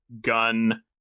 gun